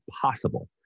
possible